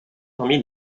parmi